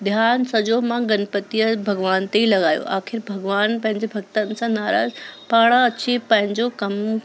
ध्यानु सॼो मां गनपति भॻिवान ते ई लॻायो आखिर भॻिवान पंहिंजे भॻतनि सां नाराज़ु पाण अची पंहिंजो कमु